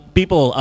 people